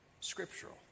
scriptural